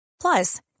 Plus